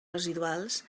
residuals